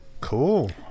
Cool